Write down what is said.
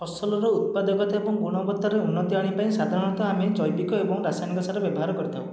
ଫସଲର ଉତ୍ପାଦକତା ଏବଂ ଗୁଣବତ୍ତାରେ ଉନ୍ନତି ଆଣିବା ପାଇଁ ସାଧାରଣତଃ ଆମେ ଜୈବିକ ଏବଂ ରାସାୟନିକ ସାର ବ୍ୟବହାର କରିଥାଉ